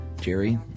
Jerry